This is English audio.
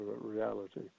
reality